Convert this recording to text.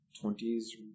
twenties